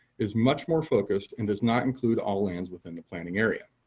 is much more focused and does not include all lands within the planning area.